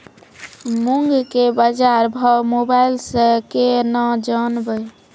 मूंग के बाजार भाव मोबाइल से के ना जान ब?